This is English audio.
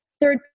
third